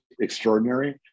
extraordinary